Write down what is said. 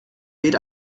weht